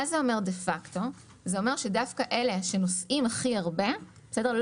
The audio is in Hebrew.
דה-פקטו זה אומר שדווקא אלה שנוסעים הכי הרבה לא